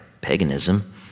paganism